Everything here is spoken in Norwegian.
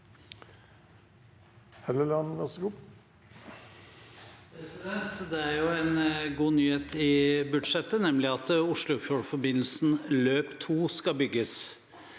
Det er en god ny- het i budsjettet, nemlig at Oslofjordforbindelsen løp 2 skal bygges.